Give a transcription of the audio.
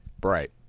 Bright